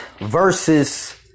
versus